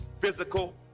physical